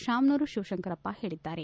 ಶಾಮನೂರು ಶಿವಶಂಕರಪ್ಪ ಹೇಳಿದ್ದಾರೆ